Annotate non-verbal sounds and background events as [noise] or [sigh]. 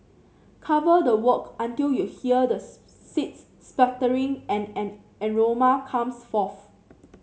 cover the wok until you hear the [unintelligible] seeds spluttering and an aroma comes forth